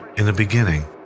in the beginning,